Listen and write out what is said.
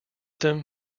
them